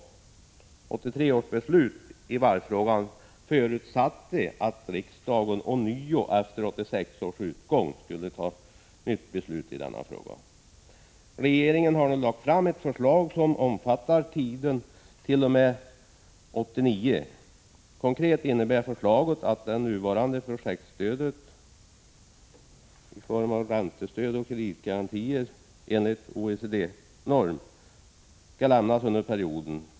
1983 års beslut i varvsfrågan förutsatte att riksdagen efter 1986 års utgång skulle fatta ett nytt beslut i denna fråga. Regeringen har nu lagt fram ett förslag som omfattar tiden t.o.m. 1989. Konkret innebär förslaget att projektstöd i form av räntestöd och kreditgarantier enligt OECD-norm skall lämnas under perioden.